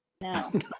no